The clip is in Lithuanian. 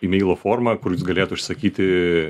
imeilo forma kur jūs galėjot užsakyti